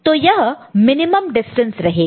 तो यह minimum distance रहेगा